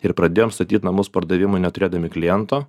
ir pradėjom statyt namus pardavimui neturėdami kliento